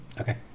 Okay